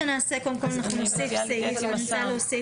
קודם כל אנחנו נוסיף סעיף,